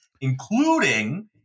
including